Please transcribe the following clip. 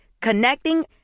Connecting